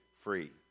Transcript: free